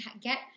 get